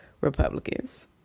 Republicans